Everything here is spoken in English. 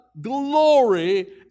glory